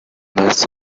mass